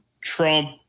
Trump